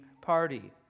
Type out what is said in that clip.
party